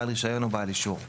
בעל רישיון או בעל אישור (ב)